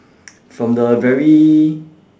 from the very